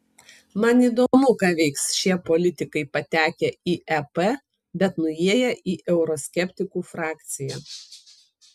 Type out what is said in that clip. man įdomu ką veiks šie politikai patekę į ep bet nuėję į euroskeptikų frakciją